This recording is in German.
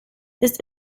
ist